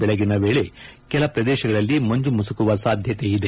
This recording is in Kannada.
ಬೆಳಗಿನ ವೇಳೆ ಕೆಲ ಪ್ರದೇಶಗಳಲ್ಲಿ ಮಂಜು ಮುಸುಕುವ ಸಾಧ್ಯತೆ ಇದೆ